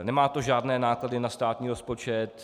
Nemá to žádné náklady na státní rozpočet.